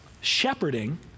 shepherding